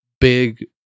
big